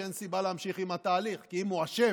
אין סיבה להמשיך עם התהליך, כי אם הוא אשם,